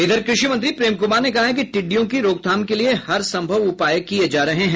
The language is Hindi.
इधर कृषि मंत्री प्रेम कुमार ने कहा कि टिड़िडयों की रोकथाम के लिए हर सम्भव उपाय किये जा रहे हैं